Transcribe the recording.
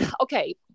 okay